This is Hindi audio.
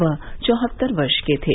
वह चौहत्तर वर्ष के थे